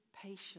patience